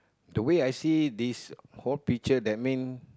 the way I see this whole picture that mean